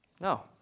No